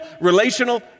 relational